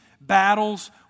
Battles